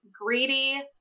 greedy